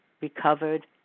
recovered